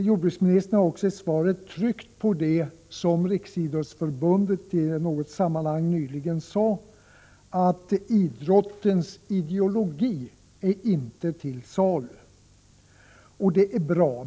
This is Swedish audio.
Jordbruksministern har i svaret också tryckt på det som Riksidrottsförbundet i något sammanhang nyligen sade, nämligen att idrottens ideologi inte är till salu. Det är bra.